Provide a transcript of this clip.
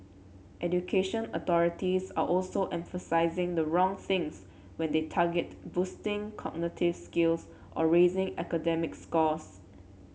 education authorities are also emphasising the wrong things when they target boosting cognitive skills or raising academic scores